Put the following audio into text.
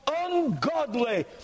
ungodly